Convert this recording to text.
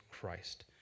Christ